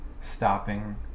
stopping